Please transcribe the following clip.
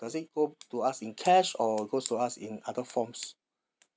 does it go to us in cash or goes to us in other forms